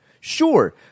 Sure